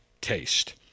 taste